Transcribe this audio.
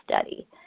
study